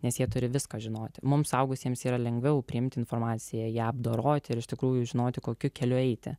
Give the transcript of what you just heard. nes jie turi viską žinoti mums suaugusiems yra lengviau priimti informaciją ją apdoroti ir iš tikrųjų žinoti kokiu keliu eiti